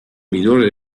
minore